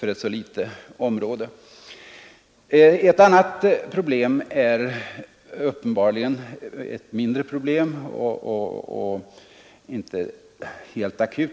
på ett så litet område! Ett annat problem är uppenbarligen ett mindre problem och inte helt akut.